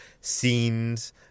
scenes